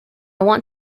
want